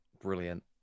brilliant